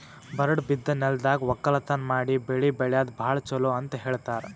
ಬರಡ್ ಬಿದ್ದ ನೆಲ್ದಾಗ ವಕ್ಕಲತನ್ ಮಾಡಿ ಬೆಳಿ ಬೆಳ್ಯಾದು ಭಾಳ್ ಚೊಲೋ ಅಂತ ಹೇಳ್ತಾರ್